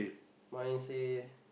mine say